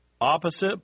opposite